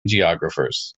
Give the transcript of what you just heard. geographers